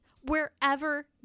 wherever